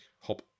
hop